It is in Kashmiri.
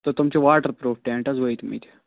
تہٕ تِم چھِ واٹَر پرٛوٗف ٹٮ۪نٛٹ حظ وٲتۍمٕتۍ